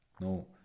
No